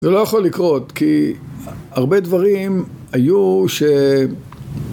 זה לא יכול לקרות כי הרבה דברים היו